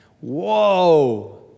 Whoa